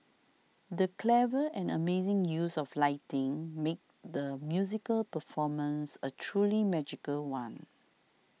the clever and amazing use of lighting made the musical performance a truly magical one